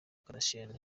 kardashian